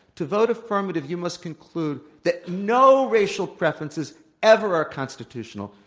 to vote affirmative, you must conclude that no racial preferences ev er are constitutional.